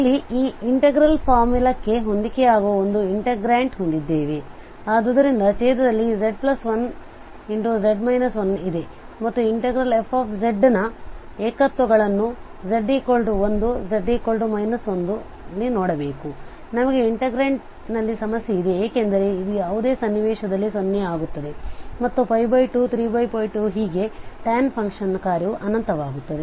ಇಲ್ಲಿ ಈ ಇನ್ಟೆಗ್ರಲ್ ಫಾರ್ಮುಲಾಕ್ಕೆ ಹೊಂದಿಕೆಯಾಗುವ ಒಂದು ಇನ್ಟೆಗ್ರಾಂಟ್ ಹೊಂದಿದ್ದೇವೆ ಆದ್ದರಿಂದ ಛೇದದಲ್ಲಿ z1 ಇದೆ ಮತ್ತು ಇನ್ಟೆಗ್ರಲ್ f ನ ಏಕತ್ವಗಳನ್ನು z 1 z 1 ನಲ್ಲಿ ನೋಡಬೇಕು ನಮಗೆ ಇಂಟಿಗ್ರೆಂಟ್ನಲ್ಲಿ ಸಮಸ್ಯೆ ಇದೆ ಏಕೆಂದರೆ ಇದು ಯಾವುದೇ ಸನ್ನಿವೇಶದಲ್ಲಿ 0 ಯಾಗುತ್ತದೆ ಮತ್ತು 2 3π2 ಗೆ tan ಫಂಕ್ಷನ್ ಕಾರ್ಯವು ಅನಂತವಾಗುತ್ತದೆ